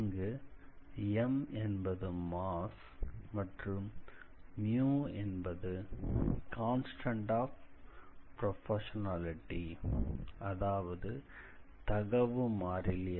இங்குm என்பது மாஸ் மற்றும் μ என்பது கான்ஸ்டன்ட் ஆப் ப்ரொபோர்ஷனாலிட்டி அதாவது தகவு மாறிலி